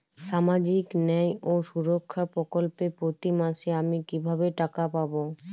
সামাজিক ন্যায় ও সুরক্ষা প্রকল্পে প্রতি মাসে আমি কিভাবে টাকা পাবো?